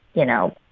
you know,